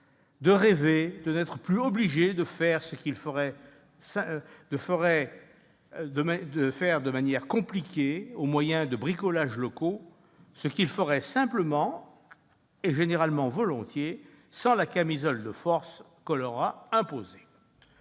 -de rêver de n'être plus obligés de faire de manière compliquée, au moyen de bricolages locaux, ce qu'ils feraient simplement et généralement volontiers, sans la camisole de force qu'on leur a imposée.